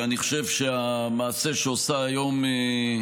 ואני חושב שהמעשה שעושה היום הכנסת,